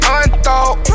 unthought